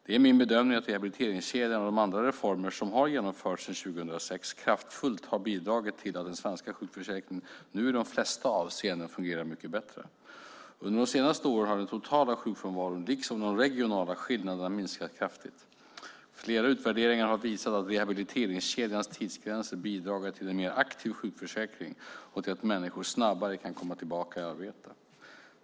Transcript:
Det är min bedömning att rehabiliteringskedjan och de andra reformer som har genomförts sedan 2006 kraftfullt har bidragit till att den svenska sjukförsäkringen nu i de flesta avseenden fungerar mycket bättre. Under de senaste åren har den totala sjukfrånvaron, liksom de regionala skillnaderna, minskat kraftigt. Flera utvärderingar har visat att rehabiliteringskedjans tidsgränser bidragit till en mer aktiv sjukförsäkring och till att människor snabbare kan komma tillbaka i arbete.